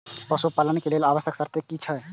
पशु पालन के लेल आवश्यक शर्त की की छै?